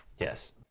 Yes